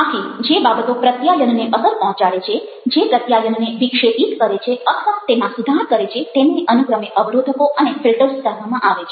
આથી જે બાબતો પ્રત્યાયનને અસર પહોંચાડે છે જે પ્રત્યાયનને વિક્ષેપિત કરે છે અથવા તેમાં સુધાર કરે છે તેને અનુક્રમે અવરોધકો અને ફિલ્ટર્સ કહેવામાં આવે છે